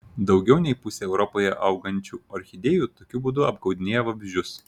daugiau nei pusė europoje augančių orchidėjų tokiu būdu apgaudinėja vabzdžius